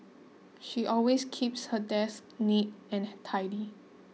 she always keeps her desk neat and tidy